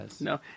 No